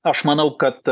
aš manau kad